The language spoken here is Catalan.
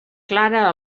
clara